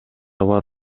бар